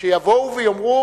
שיבואו ויאמרו